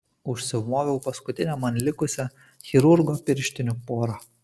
užsimoviau paskutinę man likusią chirurgo pirštinių porą